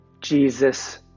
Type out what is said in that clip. Jesus